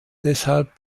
deshalb